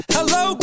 Hello